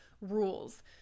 rules